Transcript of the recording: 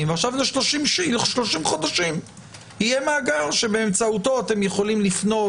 ועכשיו 30 חודשים יהיה מאגר שבאמצעותו אתם יכולים לפנות